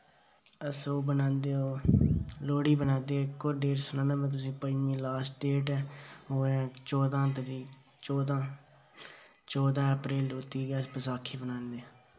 अस ओह् बनांदे ओ लोहड़ी बनांदे इक होर डेट सनान्ना में तुसें पञमीं लास्ट डेट ऐ ओह् ऐ चौह्दां तरीक चौह्दां चौह्दां अप्रैल गी अस बसाखी बनांदे